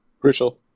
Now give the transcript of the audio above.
Crucial